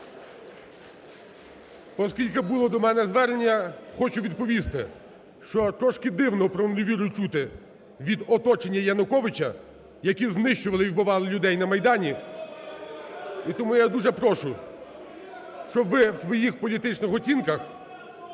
Оскільки було до мене звернення, хочу відповісти, що трішки дивно про недовіру чути від оточення Януковича, які знищували і вбивали людей на Майдані. (Шум у залі) І тому я дуже прошу, щоб ви в своїх політичних оцінках